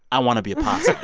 i want to be a possum